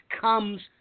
comes